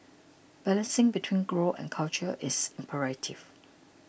balancing between growth and culture is imperative